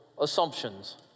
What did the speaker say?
assumptions